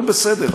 הכול בסדר,